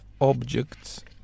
objects